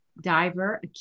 diver